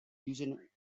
using